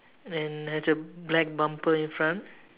and has a black bumper in front